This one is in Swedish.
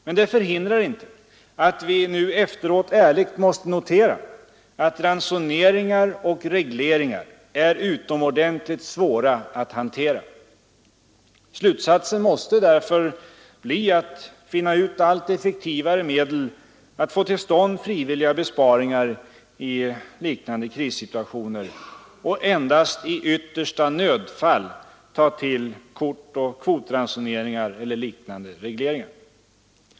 Men det hindrar inte att vi nu efteråt ärligt måste notera att ransoneringar och regleringar är utomordentligt svåra att hantera. Slutsatsen måste därför bli att det gäller att finna ut allt effektivare medel att få till stånd frivilliga besparingar i liknande krissituationer och endast i yttersta nödfall ta till kortoch kvotransoneringar eller liknande regleringar.